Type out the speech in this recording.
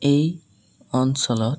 এই অঞ্চলত